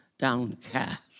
Downcast